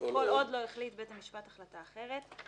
כל עוד לא החליט בית המשפט החלטה אחרת.